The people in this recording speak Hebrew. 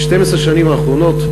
ב-12 השנים האחרונות,